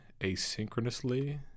asynchronously